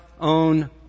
own